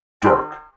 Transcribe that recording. Dark